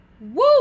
Woo